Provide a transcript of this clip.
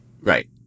Right